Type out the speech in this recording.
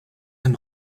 and